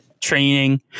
training